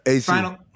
Final